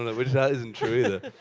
which that isn't true either.